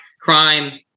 crime